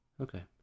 okay